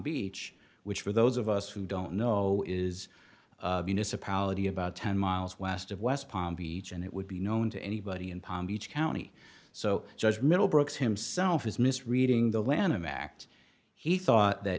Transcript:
beach which for those of us who don't know is this apology about ten miles west of west palm beach and it would be known to anybody in palm beach county so judge middlebrooks himself is misreading the linum act he thought that